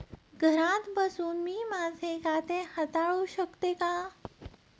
घरात बसून मी माझे खाते हाताळू शकते का?